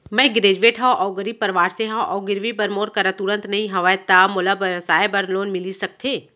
मैं ग्रेजुएट हव अऊ गरीब परवार से हव अऊ गिरवी बर मोर करा तुरंत नहीं हवय त मोला व्यवसाय बर लोन मिलिस सकथे?